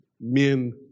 men